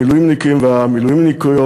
המילואימניקים והמילואימניקיות,